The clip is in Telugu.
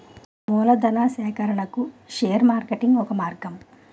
మూలధనా సేకరణకు షేర్ మార్కెటింగ్ ఒక మార్గం